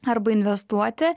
arba investuoti